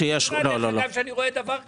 פעם ראשונה שאני רואה דבר כזה.